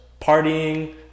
partying